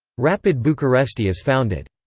rapid bucuresti is founded.